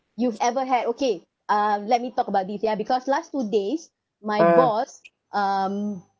you've ever had okay um let me talk about the ya because last two days my boss um